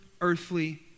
earthly